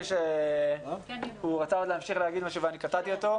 שהוא רצה להמשיך להגיד משהו וקטעתי אותו.